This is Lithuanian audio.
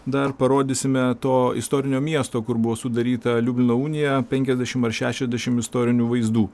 dar parodysime to istorinio miesto kur buvo sudaryta liublino unija penkiasdešim ar šešiasdešim istorinių vaizdų